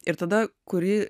ir tada kurį